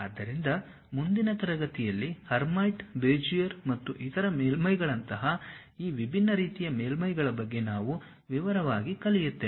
ಆದ್ದರಿಂದ ಮುಂದಿನ ತರಗತಿಯಲ್ಲಿ ಹರ್ಮೈಟ್ ಬೆಜಿಯರ್ ಮತ್ತು ಇತರ ಮೇಲ್ಮೈಗಳಂತಹ ಈ ವಿಭಿನ್ನ ರೀತಿಯ ಮೇಲ್ಮೈಗಳ ಬಗ್ಗೆ ನಾವು ವಿವರವಾಗಿ ಕಲಿಯುತ್ತೇವೆ